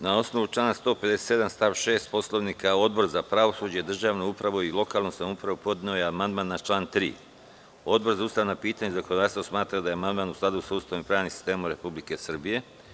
Na osnovu člana 157. stav 6. Poslovnika, Odbor za pravosuđe, državnu upravu i lokalnu samoupravu podneo je amandman na član 3. Odbor za ustavna pitanja i zakonodavstvo smatra da je amandman u skladu sa Ustavom i pravnim sistemom Republike Srbije.